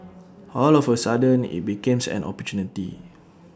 all of A sudden IT becomes an opportunity